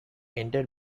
ended